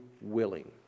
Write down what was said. willing